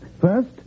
First